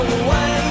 away